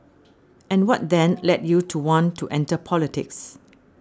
and what then led you to want to enter politics